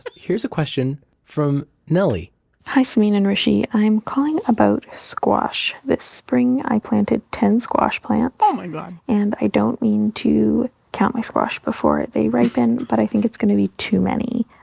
here's a question from nellie hi, samin and hrishi. i'm calling about squash this spring. i planted ten squash plants oh my god! and i don't mean to count my squash before they ripen, but i think it's going to be too many,